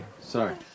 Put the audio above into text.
Sorry